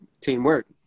Teamwork